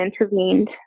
intervened